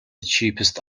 cheapest